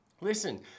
Listen